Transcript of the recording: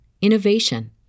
innovation